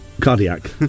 Cardiac